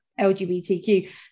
LGBTQ